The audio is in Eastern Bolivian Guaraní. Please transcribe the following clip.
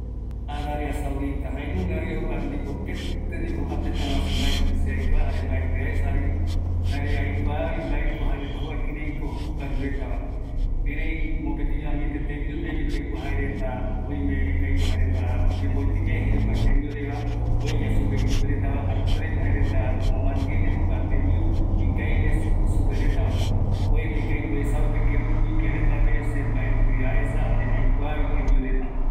﻿Arabia Saudita jaenungavi, keti ndipo jokua tetaguasu mbaeti se aikua jare mbaeti aesavi, jare mbaeti aikua jaeko jaereta kireiko okaru retava, erei mopetiño añete tembiu, ereiko oimeko aipo jaereta oyembueteye jokua tembiureva ueya supe ipueretava jare jukureiño jaereta omomantine jokua tembiu ikavigue superetava oime ko uesaka kerupi kiaretape, se mbaeti aesa jare aikuaa jembiu reta